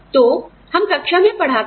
तो हम कक्षा में पढ़ाते हैं